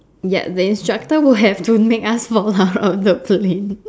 ya the instructor would have to make us fall out of the plane